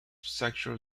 sexual